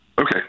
Okay